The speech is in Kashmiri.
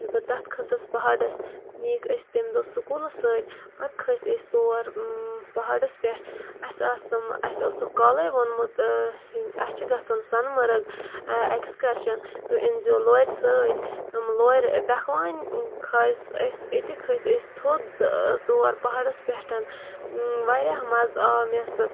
ییٚلہِ بہٕ تَتھ کھٔسٕس پہاڑَس نِیکھ أسۍ تمہِ دۄہ سکوٗلَس سۭتۍ پَتہٕ کھٔتۍ أسۍ تور پہاڑَس پٮ۪ٹھ اَسہِ آسہٕ تم اَسہِ اوسُکھ کالے ووٚنمُت اَسہِ چھُ گَژھُن سۄنہٕ مَرٕگ اٮ۪کسکَرشَن تہٕ أنۍ زیو لورِ سۭتۍ تم لورِ ڈَکھوان کھٲسۍ أسۍ أتی کھٔتۍ أسۍ تھوٚد تور پہاڑَس پٮ۪ٹھ واریاہ مَزٕ آو مےٚ سُہ